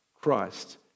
Christ